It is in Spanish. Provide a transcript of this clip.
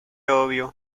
obvio